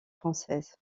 française